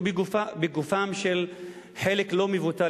או בגופו של חלק לא מבוטל,